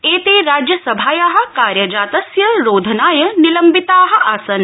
एते राज्यसभाया कार्यजातस्य रोधनाय निलम्बिता आसन्